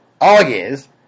August